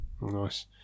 Nice